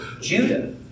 Judah